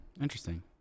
Interesting